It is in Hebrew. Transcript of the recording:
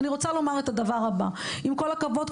אני אומר את הדבר הבא: עם כל הכבוד,